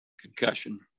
concussion